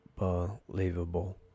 Unbelievable